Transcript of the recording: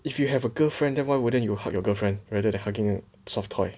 if you have a girlfriend then why wouldn't you hug your girlfriend rather then hugging soft toy